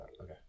Okay